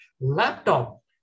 laptop